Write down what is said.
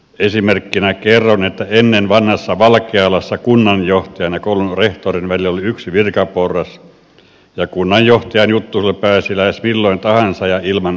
esimerkkinä kerron että ennen vanhassa valkealassa kunnanjohtajan ja koulun rehtorin välillä oli yksi virkaporras ja kunnanjohtajan juttusille pääsi lähes milloin tahansa ja ilman ajanvarausta